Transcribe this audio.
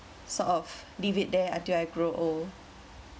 sort of leave it there until I grow old